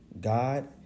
God